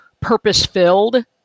purpose-filled